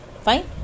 fine